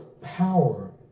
power